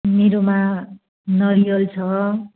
मेरोमा नरिवल छ